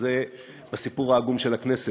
וזה בסיפור העגום של הכנסת,